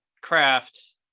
craft